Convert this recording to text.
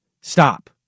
Stop